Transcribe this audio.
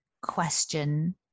question